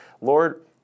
Lord